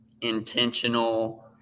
intentional